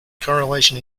correlation